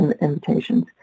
invitations